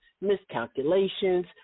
miscalculations